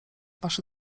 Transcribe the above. wasze